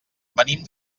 venim